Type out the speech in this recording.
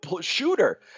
shooter